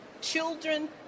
children